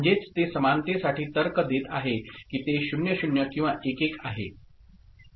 म्हणजेच ते समानतेसाठी तर्क देत आहे की ते 0 0 किंवा 1 1 आहे